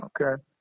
okay